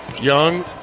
Young